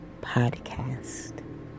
Podcast